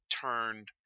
turned